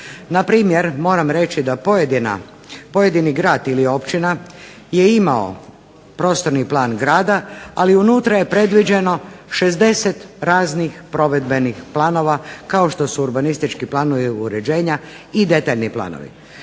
Na primjer, moram reći da pojedini grad ili općina je imao prostorni plan grada ali unutra je predviđeno 60 raznih provedbenih planova kao što su urbanistički planovi uređenja i detaljni planovi